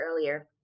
earlier